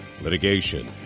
litigation